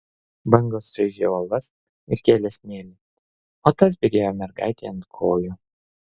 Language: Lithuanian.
bangos čaižė uolas ir kėlė smėlį o tas byrėjo mergaitei ant kojų